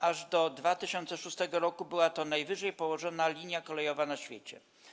Aż do 2006 r. była to najwyżej położona linia kolejowa na świecie.